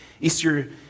Easter